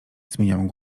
zmieniam